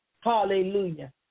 Hallelujah